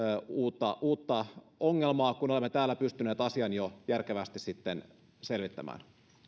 uutta uutta ongelmaa kun olemme täällä pystyneet asian jo järkevästi sitten selvittämään